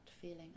feeling